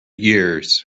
years